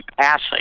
passing